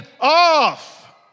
off